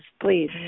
please